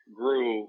grew